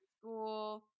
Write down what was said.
school